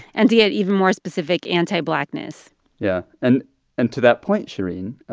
and to get even more specific, anti-blackness yeah. and and to that point, shereen,